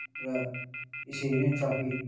र यसरी नै ट्रफी